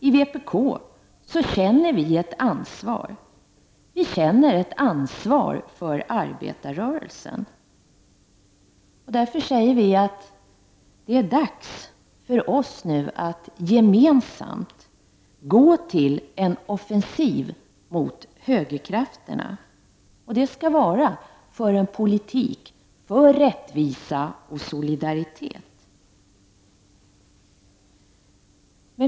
I vpk känner vi ett ansvar, vi känner ett ansvar för arbetarrörelsen. Vi säger därför att det nu är dags för oss att gemensamt gå till offensiv mot högerkrafterna för en politik för rättvisa och solidaritet.